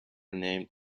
named